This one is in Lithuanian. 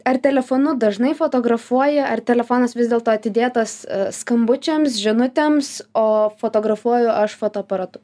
ar telefonu dažnai fotografuoji ar telefonas vis dėlto atidėtas skambučiams žinutėms o fotografuoju aš fotoaparatu